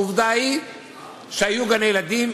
העובדה היא שהיו גני-ילדים.